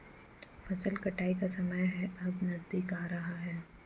फसल कटाई का समय है अब नजदीक आ रहा है